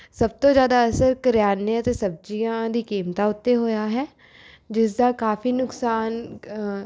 ਸਭ ਤੋਂ ਜ਼ਿਆਦਾ ਅਸਰ ਕਰਿਆਨੇ ਅਤੇ ਸਬਜ਼ੀਆਂ ਦੀਆਂ ਕੀਮਤਾਂ ਉੱਤੇ ਹੋਇਆ ਹੈ ਜਿਸਦਾ ਕਾਫ਼ੀ ਨੁਕਸਾਨ